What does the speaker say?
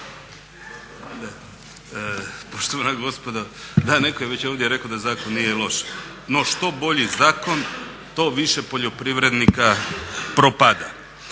Poštovana gospodo, da netko je već ovdje rekao da zakon nije loš. No, što bolji zakon to više poljoprivrednika propada.